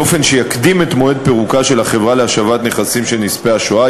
באופן שיקדים את מועד פירוקה של החברה להשבת נכסים של נספי השואה,